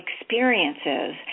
experiences